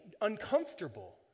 uncomfortable